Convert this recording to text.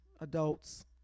adults